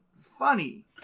funny